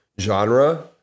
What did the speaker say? genre